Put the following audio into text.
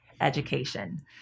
education